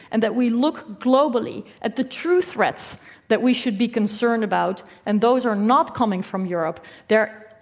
and that we look globally at the true threats that we should be concerned about. and those are not coming from europe they're,